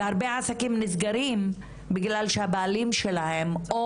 והרבה עסקים נסגרים בגלל שהבעלים שלהם או